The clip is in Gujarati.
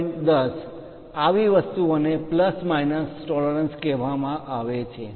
10 આવી વસ્તુઓ ને પ્લસ માઇનસ ટોલરન્સ પરિમાણ માં માન્ય તફાવત કહેવામાં આવે છે